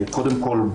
קודם כול,